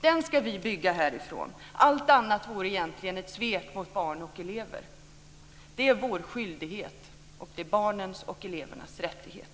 Den ska vi bygga härifrån. Allt annat vore ett svek mot barn och elever. Det är vår skyldighet och barnens och elevernas rättighet.